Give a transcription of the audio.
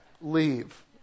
leave